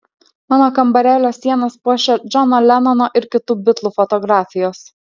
mano kambarėlio sienas puošia džono lenono ir kitų bitlų fotografijos